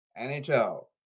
NHL